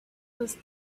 was